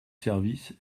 service